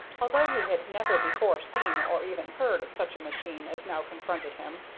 although he had never before seen or even heard of such a machine as now confronted him,